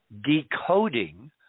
decoding